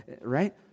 Right